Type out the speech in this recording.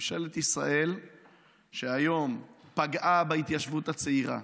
ממשלת ישראל היום פגעה בהתיישבות הצעירה,